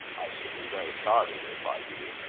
i should be very sorry, replied hugh.